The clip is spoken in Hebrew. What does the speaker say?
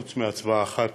חוץ מהצבעה אחת,